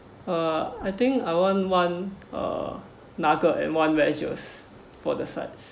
uh I think I want one uh nugget and one wedges for the sides